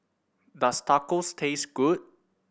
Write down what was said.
does Tacos taste good